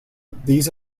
these